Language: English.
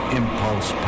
impulse